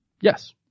Yes